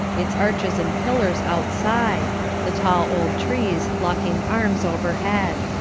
its arches and pillars outside the tall old trees locking arms overhead.